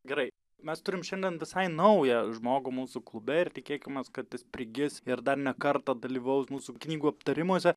gerai mes turim šiandien visai naują žmogų mūsų klube ir tikėkimės kad jis prigis ir dar ne kartą dalyvaus mūsų knygų aptarimuose